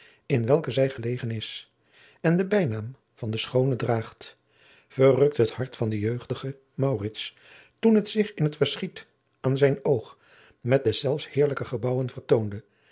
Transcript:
in welke zij gelegen is en den bijnaam van de schoone draagt verrukte het hart van den jeugdigen maurits toen het zich in het verschiet aan zijn oog met deszelfs heerlijke gebouwen vertoonde